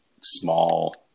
small